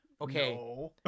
okay